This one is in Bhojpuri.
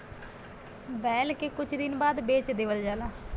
बैल के कुछ दिन बाद बेच देवल जाला